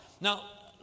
now